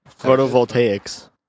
Photovoltaics